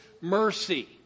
mercy